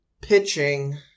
pitching